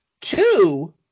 two